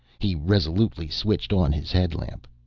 he resolutely switched on his headlamp.